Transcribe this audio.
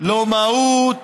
לא מהות